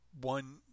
one